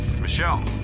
Michelle